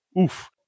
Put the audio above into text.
oof